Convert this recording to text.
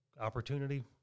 opportunity